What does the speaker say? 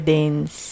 Danes